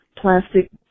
plastic